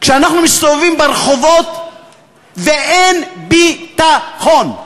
כשאנחנו מסתובבים ברחובות ואין ביטחון.